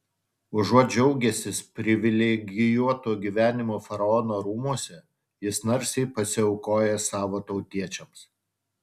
užuot džiaugęsis privilegijuotu gyvenimu faraono rūmuose jis narsiai pasiaukoja savo tautiečiams